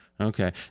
Okay